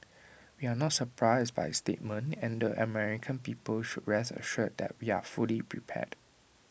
we are not surprised by statement and the American people should rest assured that we are fully prepared